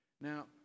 Now